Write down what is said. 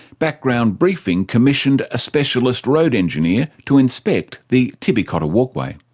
background briefing commissioned a specialist road engineer to inspect the tibby cotter walkway.